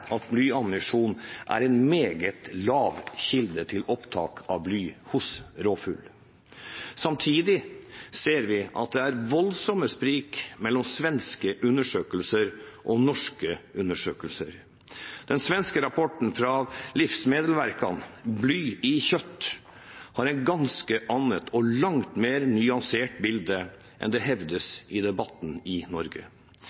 en meget liten kilde til opptak av bly hos rovfugl. Samtidig ser vi at det er voldsomme sprik mellom svenske og norske undersøkelser. Den svenske rapporten fra Livsmedelsverket «Bly i viltkött» har et ganske annet og langt mer nyansert bilde enn det som hevdes i debatten i Norge.